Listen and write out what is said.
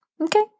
Okay